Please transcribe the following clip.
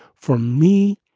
for me,